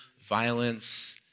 violence